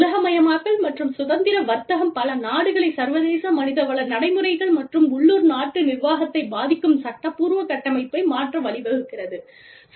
உலகமயமாக்கல் மற்றும் சுதந்திர வர்த்தகம் பல நாடுகளைச் சர்வதேச மனிதவள நடைமுறைகள் மற்றும் உள்ளூர் நாட்டு நிர்வாகத்தைப் பாதிக்கும் சட்டப்பூர்வ கட்டமைப்பை மாற்ற வழிவகுக்கிறது